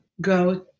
go